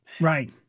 Right